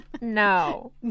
no